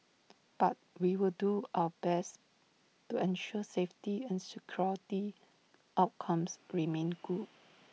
but we will do our best to ensure safety and security outcomes remain good